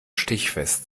stichfest